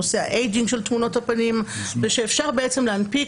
נושא האייג'ים של תמונות הפנים ושאפשר להנפיק